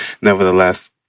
Nevertheless